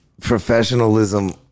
professionalism